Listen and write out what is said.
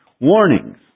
warnings